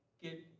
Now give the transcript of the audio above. get